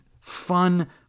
fun